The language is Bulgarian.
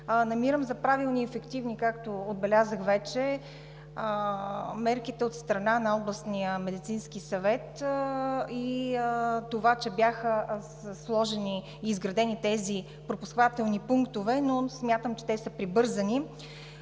Намирам за правилни и ефективни, както отбелязах вече, мерките от страна на Областния медицински съвет и това, че бяха изградени тези пропускателни пунктове, но не смятам, че те са прибързани.